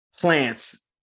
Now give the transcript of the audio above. plants